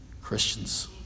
Christians